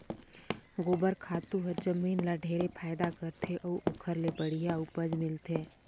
गोबर खातू हर जमीन ल ढेरे फायदा करथे अउ ओखर ले बड़िहा उपज मिलथे